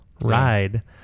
ride